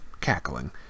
cackling